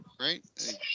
right